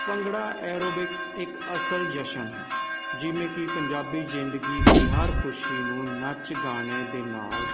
bhangra aerobics ਇੱਕ ਅਸਲ ਜਸ਼ਨ ਹੈ ਜਿਵੇਂ ਕਿ ਪੰਜਾਬੀ ਜ਼ਿੰਦਗੀ ਦੀ ਹਰ ਖੁਸ਼ੀ ਨੂੰ ਨੱਚ ਗਾਣੇ ਦੇ ਨਾਲ